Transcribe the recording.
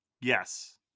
Yes